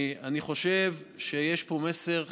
אני חושב שיש פה מסר חשוב,